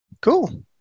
Cool